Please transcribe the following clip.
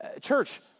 church